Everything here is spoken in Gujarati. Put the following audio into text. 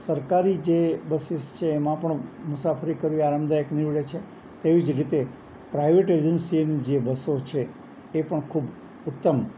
સરકારી જે બસીસ છે એમાં પણ મુસાફરી કરવી આરામદાયક નીવડે છે તેવી જ રીતે પ્રાઇવેટ એજન્સીની જે બસો છે એ પણ ખૂબ ઉત્તમ